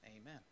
Amen